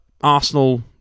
Arsenal